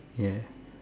yes